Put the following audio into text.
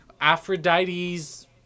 Aphrodite's